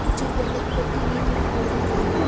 कुछ ग़लत गतिविधियाँ हो रही हैं